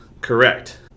Correct